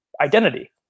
identity